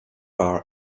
bar